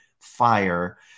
fire